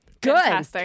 Good